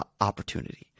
opportunity